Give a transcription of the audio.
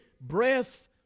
breath